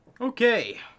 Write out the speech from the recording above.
Okay